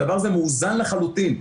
הדבר הזה מאוזן לחלוטין.